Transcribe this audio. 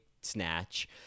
snatch